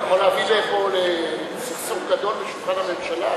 אתה יכול להביא פה לסכסוך גדול בשולחן הממשלה.